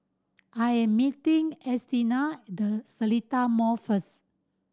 I am meeting Ernestina at The Seletar Mall first